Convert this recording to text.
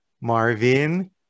Marvin